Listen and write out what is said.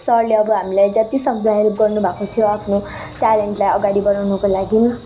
सरले अब हामीलाई जति सक्दो हेल्प गर्नु भएको थियो आफ्नो ट्यालेन्टलाई अगाडि बढाउनको लागि